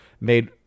made